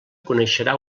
coneixerà